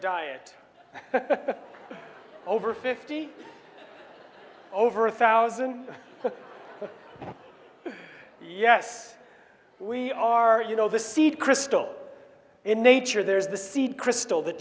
diet over fifty over a thousand yes we are you know the seed crystal in nature there's the seed crystal that